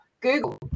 Google